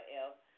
else